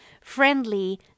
friendly